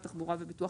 התחבורה והביטוח,